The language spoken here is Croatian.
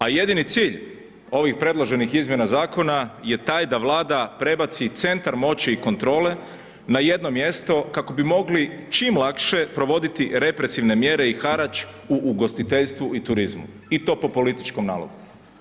A jedini cilj ovih predloženih izmjena zakona je taj da Vlada prebaci centar moći i kontrole na jedno mjesto kako bi mogli čim lakše provoditi represivne mjere i harač u ugostiteljstvu i turizmu i to po političkom nalogu.